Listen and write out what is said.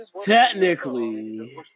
Technically